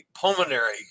pulmonary